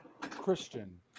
Christian